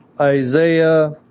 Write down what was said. Isaiah